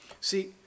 See